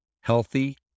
healthy